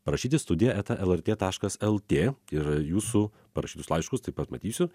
parašyt į studiją eta lrt taškas lt ir jūsų parašytus laiškus taip pat matysiu